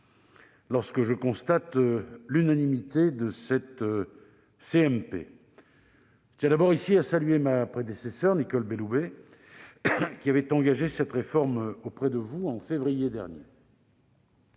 constater cette unanimité. Je tiens d'abord à saluer ma prédécesseure, Nicole Belloubet, qui avait engagé cette réforme auprès de vous, en février dernier.